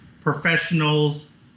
professionals